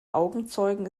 augenzeugen